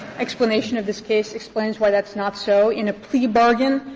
explanation of this case explains why that's not so. in a plea bargain,